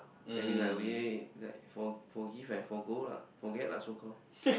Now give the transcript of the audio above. that means like we like for forgive and forgo lah forget lah so call